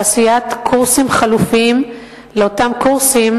תעשיית קורסים חלופיים לאותם קורסים